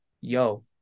Yo